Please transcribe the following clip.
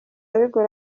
bigora